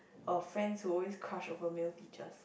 a friend who always crush over male teachers